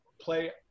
play